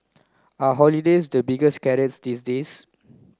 are holidays the biggest carrots these days